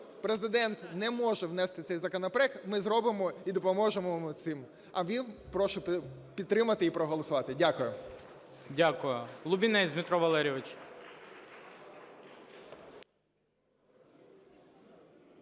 Президент не може внести цей законопроект і зробимо і допоможемо йому цим. А ви… прошу, підтримати і проголосувати. Дякую.